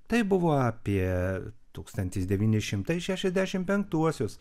tai buvo apie tūkstantis devyni šimtai šešiasdešimt penktuosius